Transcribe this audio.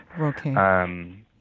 Okay